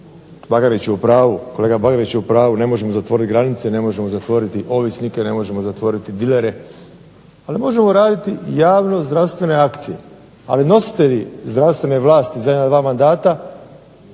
kolega Bagarić je u pravu, ne možemo zatvoriti granice, ne možemo zatvoriti ovisnike, ne možemo zatvoriti dilere, ali možemo raditi javno zdravstvene akcije. Ali nositelji zdravstvene vlasti za jedan ili dva mandata